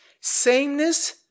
Sameness